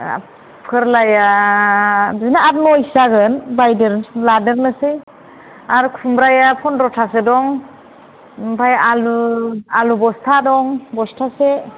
फोरलाया बिदिनो आट नयसो जागोन बायदेर लादेरनोसै आरो खुमब्राया फन्द्र'थासो दं ओमफ्राय आलु आलु बस्था दं बस्थासे